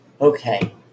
Okay